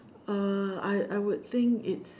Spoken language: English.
uh I I would think it's